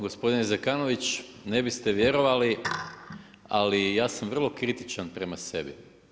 Gospodine Zekanović, ne biste vjerovali ali ja sam vrlo kritičan prema sebi.